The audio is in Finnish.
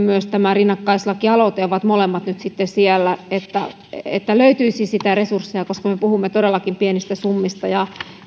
myös tämä rinnakkaislakialoite ovat molemmat nyt sitten siellä että että löytyisi sitä resurssia koska me puhumme todellakin pienistä summista